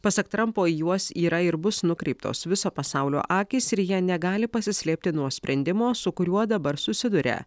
pasak trampo juos yra ir bus nukreiptos viso pasaulio akys ir jie negali pasislėpti nuo sprendimo su kuriuo dabar susiduria